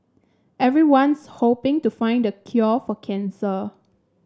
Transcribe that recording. everyone's hoping to find the cure for cancer